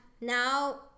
now